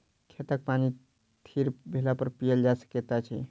खेतक पानि थीर भेलापर पीयल जा सकैत अछि